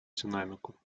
динамику